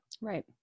Right